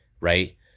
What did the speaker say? right